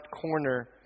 corner